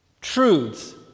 truths